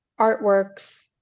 artworks